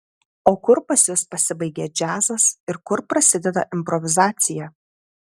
o kur pas jus pasibaigia džiazas ir kur prasideda improvizacija